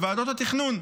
לוועדות התכנון.